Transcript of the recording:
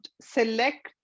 select